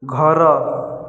ଘର